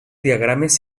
diagrames